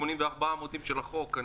84 עמודים של החוק,